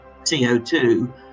CO2